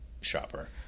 shopper